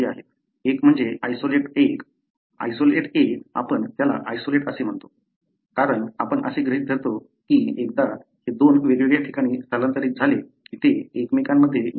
एक म्हणजे isolate 1 isolate 1 आपण त्याला आयसोलेट असे म्हणतो कारण आपण असे गृहीत धरतो की एकदा ते दोन वेगवेगळ्या ठिकाणी स्थलांतरित झाले की ते एकमेकांमध्ये मिसळत नाहीत